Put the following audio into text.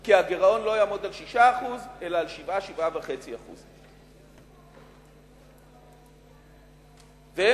כי הגירעון לא יעמוד על 6% אלא על 7% 7.5%. דרך אגב,